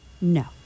No